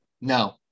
No